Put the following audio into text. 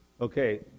Okay